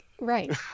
Right